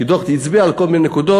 כי הדוח הצביע על כל מיני נקודות,